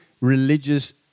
religious